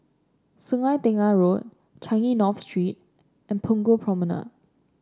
Sungei Tengah Road Changi North Street and Punggol Promenade